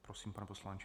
Prosím, pane poslanče.